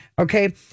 okay